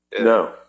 No